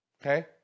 okay